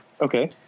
Okay